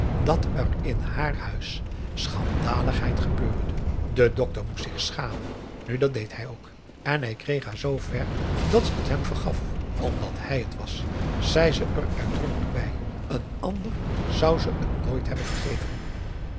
dat er in haar huis schandaligheid gebeurde de dokter moest zich schamen nu dat deed hij ook en hij kreeg haar zoo ver dat ze t hem vergaf omdat hij het was zei ze er uitdrukkelijk bij een ander zou ze het nooit hebben vergeven